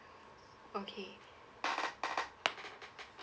okay